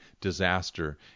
disaster